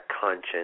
conscience